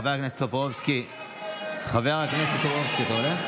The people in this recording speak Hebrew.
חבר הכנסת טופורובסקי, אתה עולה?